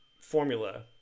formula